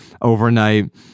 overnight